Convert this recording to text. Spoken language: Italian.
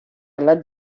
alla